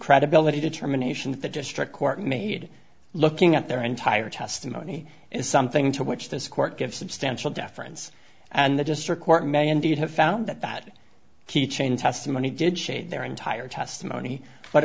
credibility determination that the district court made looking at their entire testimony is something to which this court give substantial deference and the district court may indeed have found that that key chain testimony did shape their entire testimony but